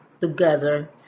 together